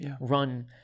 run